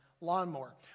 lawnmower